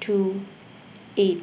two eight